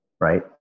right